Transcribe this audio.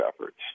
efforts